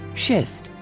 schist,